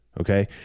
Okay